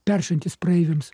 peršantys praeiviams